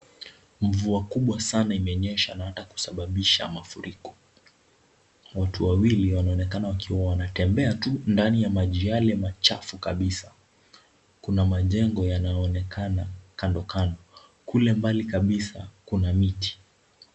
Mvua kubwa sana imenyesha na hata kusababisha mafuriko. Watu wawili wanaonekana wakiwa wanatembea tu ndani ya maji yale machafu kabisa. Kuna majengo yanayoonekana kando kando. Kule mbali kabisa kuna miti.